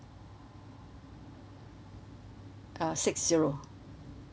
uh six zero